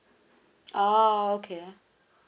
oh okay